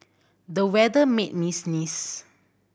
the weather made me sneeze